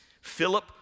Philip